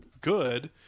good